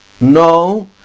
No